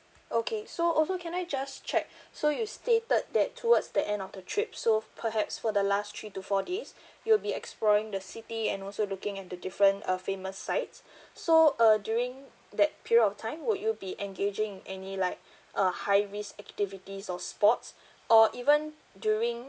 okay so also can I just check so you stated that towards the end of the trip so perhaps for the last three to four days you'll be exploring the city and also looking at the different uh famous sites so uh during that period of time would you be engaging any like uh high risk activities or sports or even during